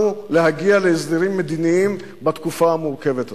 להגיע להסדרים מדיניים בתקופה המורכבת הזאת.